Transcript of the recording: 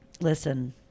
listen